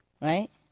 Right